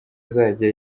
azajya